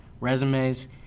resumes